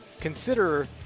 consider